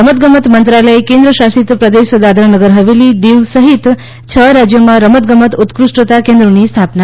રમત ગમત મંત્રાલય કેન્દ્ર શાસિત પ્રદેશ દાદરાનગર હવેલી દીવ સહિત છ રાજ્યોમાં રમત ગમત ઉત્કૃષ્ટતા કેન્દ્રોની સ્થાપના કરશે